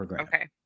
Okay